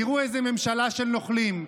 תראו איזו ממשלה של נוכלים.